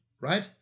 right